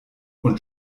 und